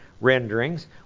Renderings